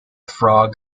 frog